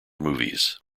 movies